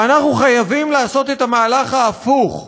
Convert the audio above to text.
ואנחנו חייבים לעשות את המהלך ההפוך.